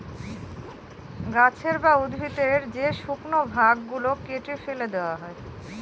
গাছের বা উদ্ভিদের যে শুকনো ভাগ গুলো কেটে ফেলে দেওয়া হয়